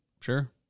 Sure